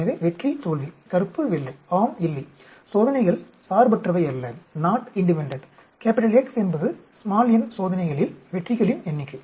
எனவே வெற்றி தோல்வி கருப்பு வெள்ளை ஆம் இல்லை சோதனைகள் சர்பற்றவையல்ல X என்பது n சோதனைகளில் வெற்றிகளின் எண்ணிக்கை